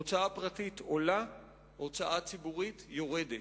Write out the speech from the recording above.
הוצאה פרטית עולה והוצאה ציבורית יורדת.